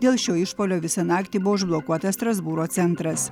dėl šio išpuolio visą naktį buvo užblokuotas strasbūro centras